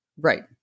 Right